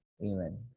Amen